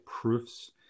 proofs